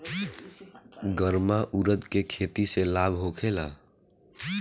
गर्मा उरद के खेती से लाभ होखे ला?